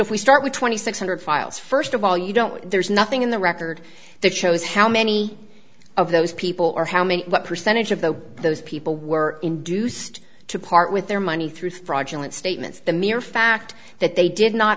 if we start with twenty six hundred files first of all you don't there's nothing in the record that shows how many of those people or how many what percentage of the those people were induced to part with their money through fraudulent statements the mere fact that they did not